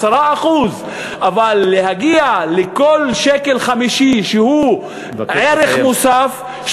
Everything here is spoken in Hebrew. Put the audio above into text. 10%. אבל להגיע לכל שקל חמישי שהוא ערך מוסף,